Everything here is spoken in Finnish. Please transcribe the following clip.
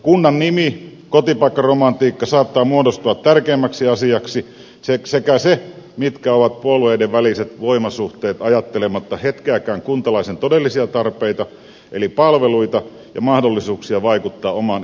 kunnan nimi kotipaikkaromantiikka saattaa muodostua tärkeimmäksi asiaksi sekä se mitkä ovat puolueiden väliset voimasuhteet ajattelematta hetkeäkään kuntalaisen todellisia tarpeita eli palveluita ja mahdollisuuksia vaikuttaa omaan elinympäristöönsä